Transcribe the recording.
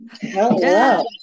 Hello